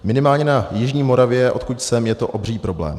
Minimálně na jižní Moravě, odkud jsem, je to obří problém.